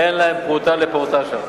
ואין להם פרוטה לפורטה שם.